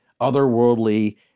otherworldly